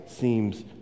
seems